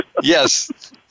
Yes